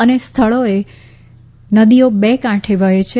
અનેક સ્થળોએ નદીઓ બે કાંઠે વહે છે